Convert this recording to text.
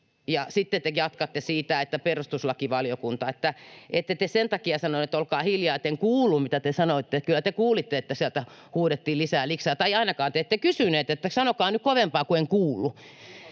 Ja sitten te jatkatte siitä, että ”perustuslakivaliokunta”. Ette te sen takia sanonut, että olkaa hiljaa, että ”en kuullut, mitä te sanoitte”. Kyllä te kuulitte, että sieltä huudettiin ”lisää liksaa”. Tai ainakaan te ette kysynyt, että sanokaa nyt kovempaa, kun en kuullut.